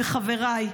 וחבריי,